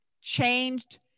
changed